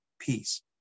peace